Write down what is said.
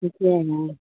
ٹھیک ہے نا